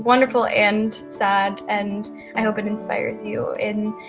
wonderful and sad and i hope it inspires you in,